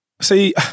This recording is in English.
See